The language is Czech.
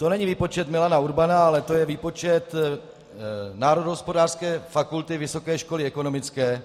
To není výpočet Milana Urbana, ale to je výpočet Národohospodářské fakulty Vysoké školy ekonomické.